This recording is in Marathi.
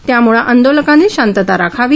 त्यामुळे आंदोलकांनी शांतता राखावी